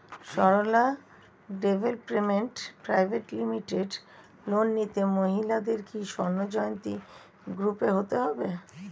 Sarala development private limited loan নিতে মহিলাদের কি স্বর্ণ জয়ন্তী গ্রুপে হতে হবে?